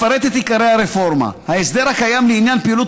אפרט את עיקרי הרפורמה: ההסדר הקיים לעניין פעילות